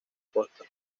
costa